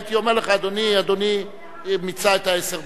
הייתי אומר לך: אדוני, אדוני מיצה את עשר הדקות.